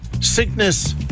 sickness